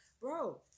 bro